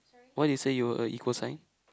why did you say you were a equal sign